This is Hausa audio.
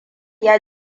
ya